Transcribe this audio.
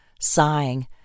Sighing